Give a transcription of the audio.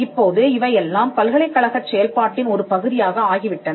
இப்போது இவையெல்லாம் பல்கலைக்கழகச் செயல்பாட்டின் ஒரு பகுதியாக ஆகிவிட்டன